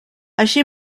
així